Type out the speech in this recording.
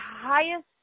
highest